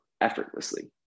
effortlessly